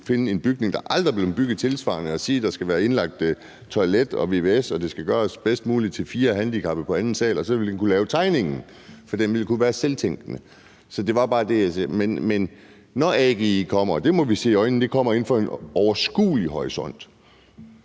finde en bygning, der aldrig er blevet bygget tilsvarende og sige, at der skal være indlagt toilet, vvs, og at det skal gøres bedst muligt til fire handicappede på anden sal, og så vil den kunne lave tegningen, for den vil kunne være selvtænkende. Det er bare det, jeg siger. Når AGI kommer, og det må vi se i øjnene kommer inden for en overskuelig horisont,